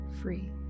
free